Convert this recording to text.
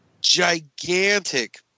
gigantic